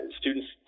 Students